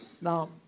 Now